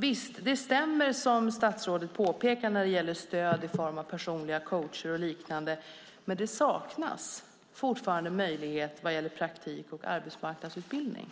Visst stämmer det som statsrådet påpekar när det gäller stöd i form av personliga coacher och liknande, men det saknas fortfarande möjlighet vad gäller praktik och arbetsmarknadsutbildning.